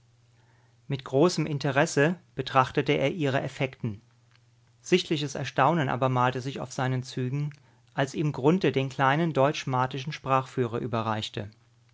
mit großem interesse betrachtete er ihre effekten sichtliches erstaunen aber malte sich auf seinen zügen als ihm grunthe den kleinen deutsch martischen sprachführer überreichte